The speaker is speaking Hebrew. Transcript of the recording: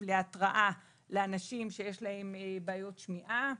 להתראה לאנשים שיש להם בעיות שמיעה.